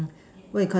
we Call that the